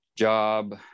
job